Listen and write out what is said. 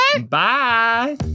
Bye